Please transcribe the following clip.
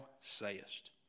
sayest